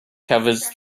covers